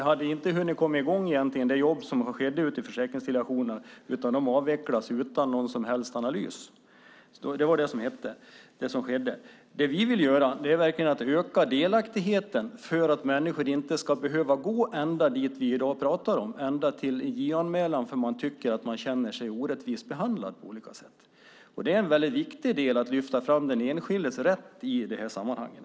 Jobbet ute i försäkringsdelegationerna hade inte hunnit komma i gång, utan de avvecklades utan någon som helst analys. Det var det som skedde. Det vi vill göra är att verkligen öka delaktigheten för att människor inte ska behöva gå ända dit som vi i dag pratar om, ända till en JO-anmälan därför att man känner sig orättvist behandlad på olika sätt. Det är väldigt viktigt att lyfta fram den enskildes rätt i det sammanhanget.